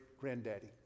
granddaddy